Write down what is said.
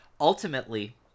ultimately